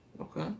Okay